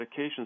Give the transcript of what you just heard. medications